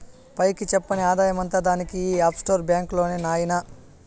పైకి చెప్పని ఆదాయమంతా దానిది ఈ ఆఫ్షోర్ బాంక్ లోనే నాయినా